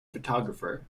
photographer